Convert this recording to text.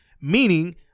meaning